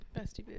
bestie